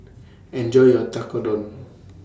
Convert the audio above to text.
Enjoy your Tekkadon